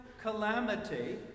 calamity